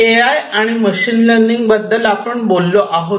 ए I आणि machine learning याबद्दल आपण बोललो आहोत